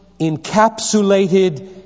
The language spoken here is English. encapsulated